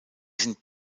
sind